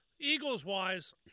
Eagles-wise